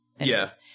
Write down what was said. yes